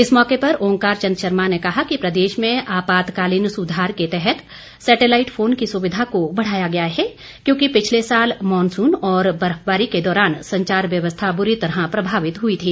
इस मौके पर ओंकार चंद शर्मा ने कहा कि प्रदेश में आपातकालीन सुधार के तहत सैटेलाईट फोन की सुविधा को बढ़ाया गया है क्योंकि पिछले साल मॉनसून और बर्फबारी के दौरान संचार व्यवस्था बुरी तरह प्रभावित हुई थी